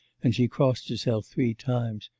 and she crossed herself three times.